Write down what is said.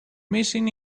missing